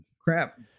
crap